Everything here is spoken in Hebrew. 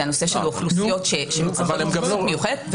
זה הנושא של האוכלוסיות שצריכות התייחסות מיוחדת.